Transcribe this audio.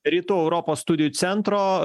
rytų europos studijų centro